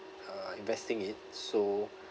uh investing it so